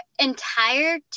entire